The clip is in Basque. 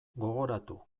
gogoratu